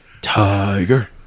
Tiger